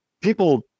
people